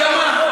אתה יודע מה?